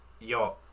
yo